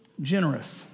generous